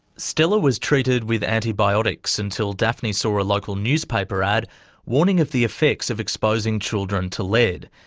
stella was treated with antibiotics until daphne saw a local newspaper ad warning of the effects of exposing children to lead.